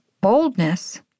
boldness